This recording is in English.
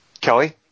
Kelly